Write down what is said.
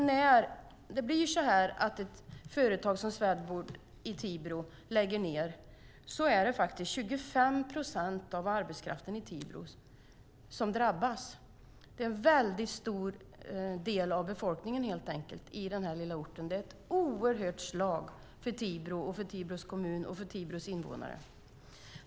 När ett företag som Swedwood i Tibro lägger ned är det 25 procent av arbetskraften i Tibro som drabbas. Det är en väldigt stor del av befolkningen i den här lilla orten. Det är ett oerhört slag mot Tibro, Tibro kommun och Tibros invånare.